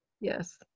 Yes